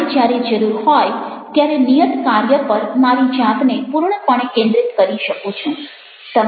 મારે જ્યારે જરૂર હોય ત્યારે નિયત કાર્ય પર મારી જાતને પૂર્ણપણે કેન્દ્રિત કરી શકું છું